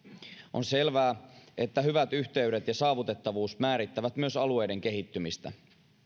on selvää että hyvät yhteydet ja saavutettavuus määrittävät myös alueiden kehittymistä